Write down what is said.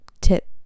tip